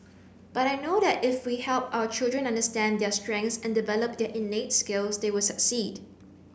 but I know that if we help our children understand their strengths and develop their innate skills they will succeed